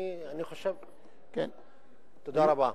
תודה רבה.